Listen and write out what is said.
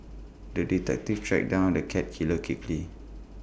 the detective tracked down the cat killer quickly